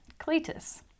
Cletus